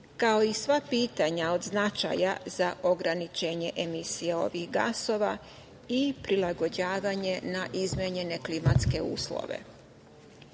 kao i sva pitanja od značaja za ograničenje emisije ovih gasova i prilagođavanje na izmenjene klimatske uslove. Zakon